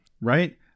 Right